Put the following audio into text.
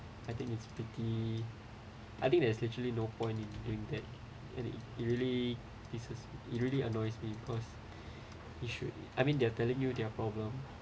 I think it's pretty I think there's literally no point in doing that any it really is it really annoys me because you should I mean they're telling you their problem